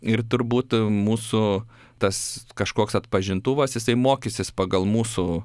ir turbūt mūsų tas kažkoks atpažintuvas jisai mokysis pagal mūsų